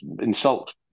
insult